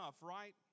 right